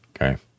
Okay